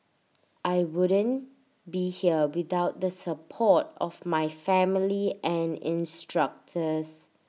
I wouldn't be here without the support of my family and instructors